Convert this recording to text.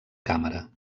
càmera